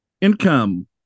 Income